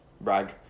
brag